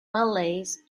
malays